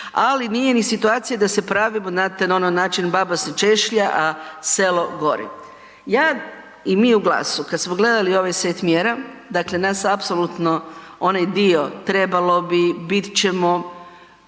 ali nije ni situacija da se pravimo znate na onaj način baba se češlja, a selo gori. Ja i mi u GLAS-u kad smo gledali ovaj set mjera, dakle nas apsolutno onaj dio trebalo bi, bit ćemo,